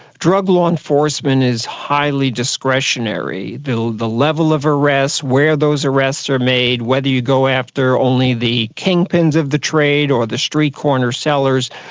drug law enforcement is highly discretionary. the the level of arrests, where those arrests are made, whether you go after only the kingpins of the trade or the street corner sellers,